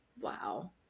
Wow